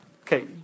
Okay